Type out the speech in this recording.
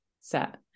set